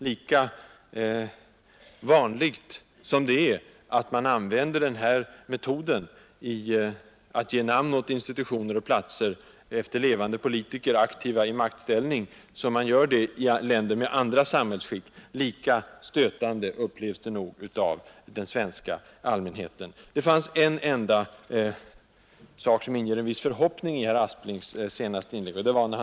Lika vanlig som metoden att ge namn åt institutioner och platser efter aktiva politiker i maktställning är i länder med andra samhällsskick, lika stötande upplevs den nog av den svenska allmänheten. Det fanns en enda sak i herr Asplings senaste anförande som inger en viss förhoppning.